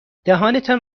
دهانتان